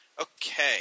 Okay